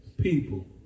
People